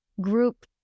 group